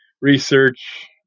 research